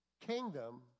kingdom